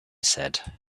said